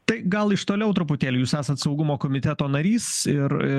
tai gal iš toliau truputėlį jūs esat saugumo komiteto narys ir